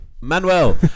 Manuel